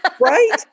right